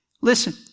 Listen